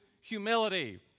humility